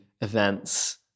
events